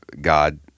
God